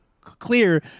clear